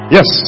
Yes